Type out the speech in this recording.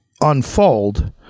unfold